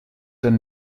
and